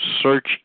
search